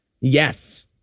Yes